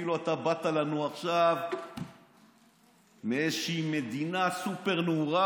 כאילו אתה באת לנו עכשיו מאיזושהי מדינה סופר-נאורה,